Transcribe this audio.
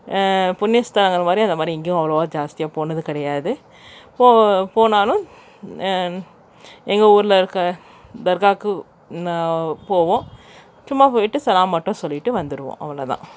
புண்ணியஸ்தலங்கள் மாதிரி அதமாதிரி எங்கேயும் அவ்வளோவா ஜாஸ்தியாக போனது கிடையாது போ போனாலும் எங்கள் ஊரில் இருக்க தர்காக்கு நான் போவோம் சும்மா போயிட்டு சலாம் மட்டும் சொல்லிட்டு வந்துருவோம் அவ்வளோ தான்